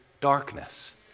darkness